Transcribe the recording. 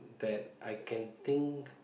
that I can think